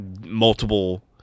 multiple